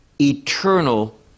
eternal